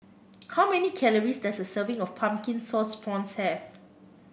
how many calories does a serving of Pumpkin Sauce Prawns have